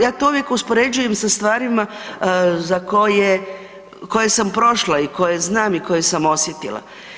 Ja to uvijek uspoređujem sa stvarima koje sam prošla i koje znam i koje sam osjetila.